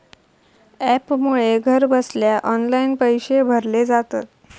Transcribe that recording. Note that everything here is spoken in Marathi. ॲपमुळे घरबसल्या ऑनलाईन पैशे भरले जातत